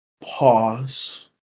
Pause